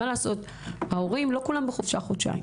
לא כל ההורים נמצאים בחופשה חודשיים.